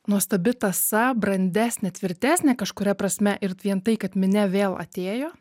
nuostabi tąsa brandesnė tvirtesnė kažkuria prasme ir vien tai kad minia vėl atėjo